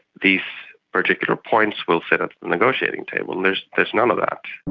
these particular points we'll set up a negotiating table. and there's there's none of that.